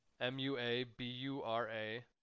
M-U-A-B-U-R-A